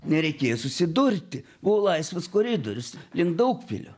nereikėjo susidurti buvo laisvas koridorius link daugpilio